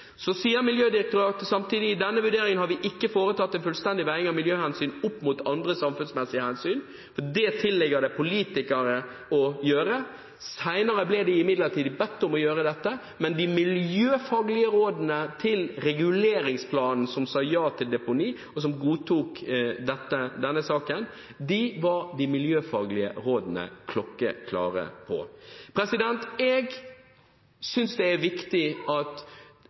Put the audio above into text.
Miljødirektoratet sier samtidig: «I denne vurderingen har vi ikke foretatt en fullstendig veiing av miljøhensyn opp mot andre samfunnsmessige hensyn.» Det tilligger det politikerne å gjøre. Senere ble Miljødirektoratet imidlertid bedt om å gjøre dette, men de miljøfaglige rådene til reguleringsplanen som sa ja til deponi, og som godtok denne saken, var klokkeklare. Jeg synes det er viktig at